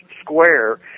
square